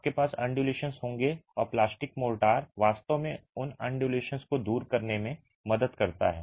आपके पास undulations होंगे और प्लास्टिक मोर्टार वास्तव में उन undulations को दूर करने में मदद करता है